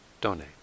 donate